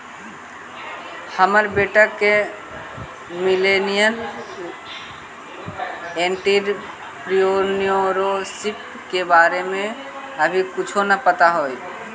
हमर बेटा के मिलेनियल एंटेरप्रेन्योरशिप के बारे में अभी कुछो न पता हई